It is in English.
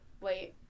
Wait